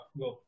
go